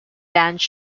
dance